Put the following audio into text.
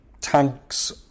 tanks